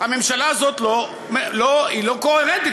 הממשלה הזאת היא לא קוהרנטית,